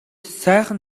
сайхан